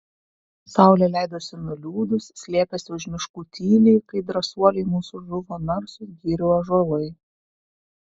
saulė leidosi nuliūdus slėpėsi už miškų tyliai kai drąsuoliai mūsų žuvo narsūs girių ąžuolai